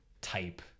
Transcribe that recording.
type